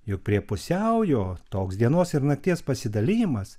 juk prie pusiaujo toks dienos ir nakties pasidalijimas